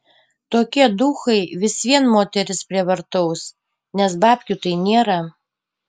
tokie duchai vis vien moteris prievartaus nes babkių tai nėra